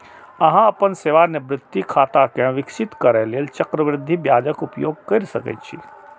अहां अपन सेवानिवृत्ति खाता कें विकसित करै लेल चक्रवृद्धि ब्याजक उपयोग कैर सकै छी